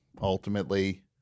Ultimately